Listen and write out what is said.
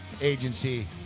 Agency